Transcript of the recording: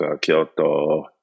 Kyoto